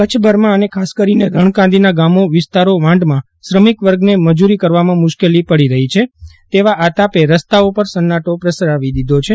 કચ્છભરમાં અને ખાસ કરીને રણકાંધીના ગામો વિસ્તારો વાંઢમાં શ્રમિક વર્ગને મજૂરી કરવામાં મુશ્કેલી પડી રહી છે તેવા આ તાપે રસ્તાઓ પર સન્નાટો પ્રસરાવી દીધો છે